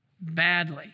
badly